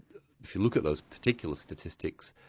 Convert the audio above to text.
if you look at those particular statistics,